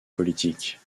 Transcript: politique